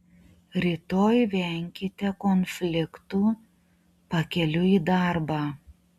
rytoj venkite konfliktų pakeliui į darbą